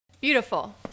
Beautiful